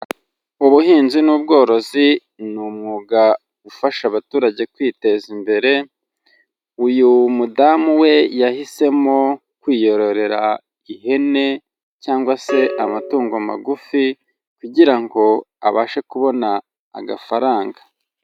Ubuhinzi n'ubworozi, ni umwuga ufasha abaturage kwiteza imbere, uyu mudamu we yahisemo kwiyororera ihene, cyangwa se amatungo magufi, kugira ngo abashe kubona agafaranga.